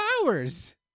powers